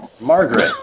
Margaret